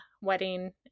wedding